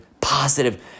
positive